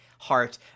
heart